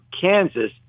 Kansas